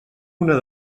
una